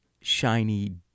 shiny